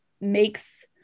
makes